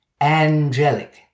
Angelic